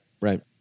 Right